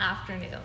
afternoon